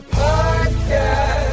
podcast